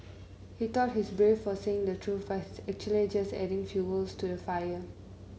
he thought he's brave for saying the truth but he's actually just adding fuel to the fire